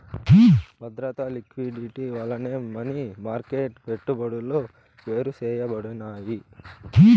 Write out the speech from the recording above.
బద్రత, లిక్విడిటీ వల్లనే money market పెట్టుబడులు వేరుసేయబడినాయి